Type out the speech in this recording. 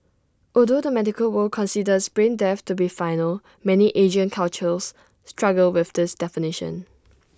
although the medical world considers brain death to be final many Asian cultures struggle with this definition